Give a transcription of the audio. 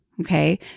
okay